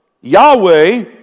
Yahweh